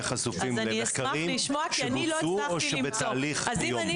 חשופים למחקרים שבוצעו או שבתהליך היום.